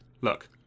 look